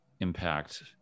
impact